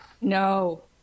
No